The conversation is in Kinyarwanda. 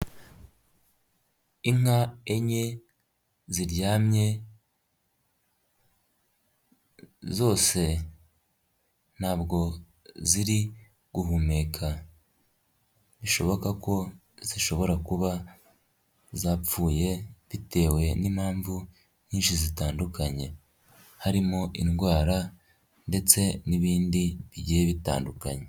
Inka enye ziryamye zose ntabwo ziri guhumeka bishoboka ko zishobora kuba zapfuye bitewe n'impamvu nyinshi zitandukanye harimo indwara ndetse n'ibindi bigiye bitandukanye.